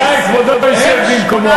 אולי כבודו ישב במקומו?